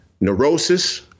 neurosis